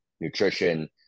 nutrition